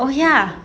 oh ya